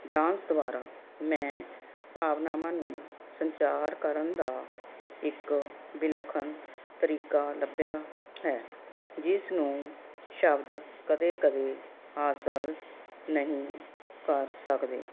dance ਦੁਆਰਾ ਮੈਂ ਭਾਵਨਾਵਾਂ ਨੂੰ ਸੰਚਾਰ ਕਰਨ ਦਾ ਇੱਕ ਵਿਲੱਖਣ ਤਰੀਕਾ ਲੱਭਿਆ ਹੈ ਜਿਸ ਨੂੰ ਸ਼ਬਦ ਕਦੇ ਕਦੇ ਹਾਸਲ ਨਹੀਂ ਕਰ ਸਕਦੇ